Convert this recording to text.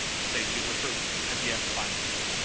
to say user proved mdm is fine with maine.